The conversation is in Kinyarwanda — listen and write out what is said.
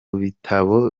bitabo